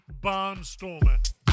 barnstormer